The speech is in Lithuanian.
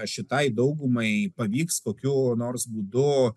šitai daugumai pavyks kokiu nors būdu